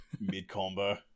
mid-combo